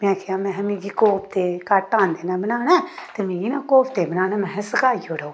में आखेआ मैहे मिगी कोफ्ते घट्ट औंदे न बनाना ते मिगी ना कोफ्ते बनाना में सिखाई ओड़ो